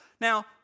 Now